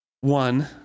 one